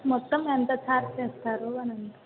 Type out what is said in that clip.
మొత్తం ఎంత ఛార్జ్ చేస్తారు అని అంటున్నా